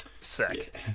Sick